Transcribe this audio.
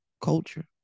Culture